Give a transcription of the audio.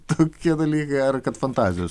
tokie dalykai ar kad fantazijos